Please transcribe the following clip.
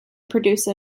producer